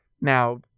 Now